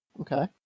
Okay